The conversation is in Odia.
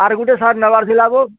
ଆର୍ ଗୁଟେ ସାର୍ ନେବାର୍ ଥିଲା ବୋ